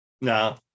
No